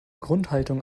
grundhaltung